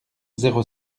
zéro